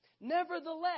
Nevertheless